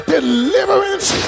Deliverance